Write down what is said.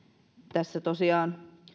tässä tosiaan